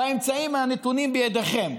באמצעים הנתונים בידיכם,